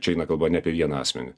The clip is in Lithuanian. čia eina kalba ne apie vieną asmenį